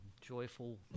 joyful